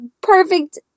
perfect